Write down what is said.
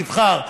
תבחר,